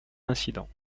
incident